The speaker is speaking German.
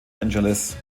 angeles